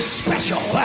special